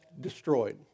destroyed